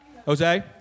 Jose